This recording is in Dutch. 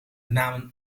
namen